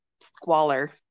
squalor